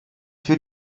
für